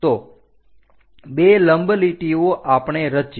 તો બે લંબ લીટીઓ આપણે રચી